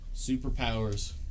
superpowers